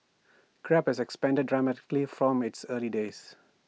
grab has expanded dramatically from its early days